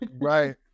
Right